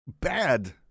bad